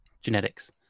genetics